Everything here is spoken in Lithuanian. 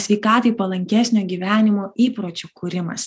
sveikatai palankesnio gyvenimo įpročių kūrimas